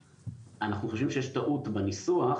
אנחנו חושבים שיש טעות בניסוח,